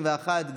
21,